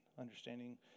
understanding